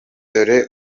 dore